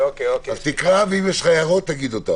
אז תקרא קודם, ואם יש לך הערות תגיד אותן.